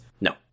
no